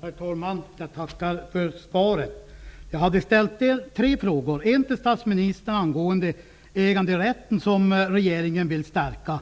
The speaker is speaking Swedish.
Herr talman! Jag tackar för svaret. Jag hade ställt tre frågor. En fråga hade jag ställt jag till statsministern angående äganderätten, som regeringen vill stärka.